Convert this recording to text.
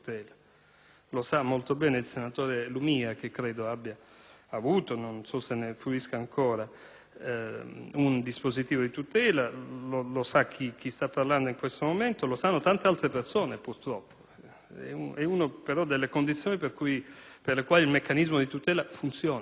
Lo sa molto bene il senatore Lumia che credo abbia avuto (non so se ne fruisca ancora) un dispositivo di tutela; lo sa chi sta parlando in questo momento e lo sanno tante altre persone, purtroppo. È una delle condizioni per le quali il meccanismo di tutela funziona.